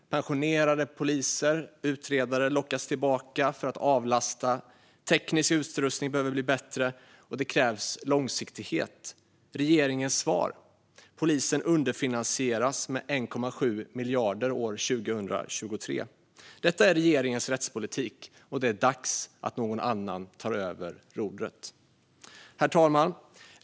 Pensionerade poliser och utredare måste lockas tillbaka för att avlasta. Teknisk utrustning måste bli bättre. Det krävs långsiktighet. Vad är regeringens svar? Jo, polisen underfinansieras med 1,7 miljarder år 2023. Detta är regeringens rättspolitik. Det är dags att någon annan tar över rodret. Herr talman!